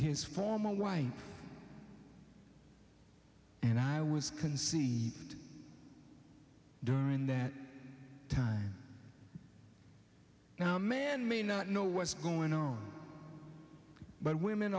his former wife and i was can see during that time now a man may not know what's going on but women